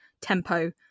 tempo